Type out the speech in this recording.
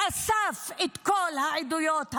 שאסף את כל העדויות האלה.